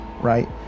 right